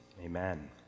amen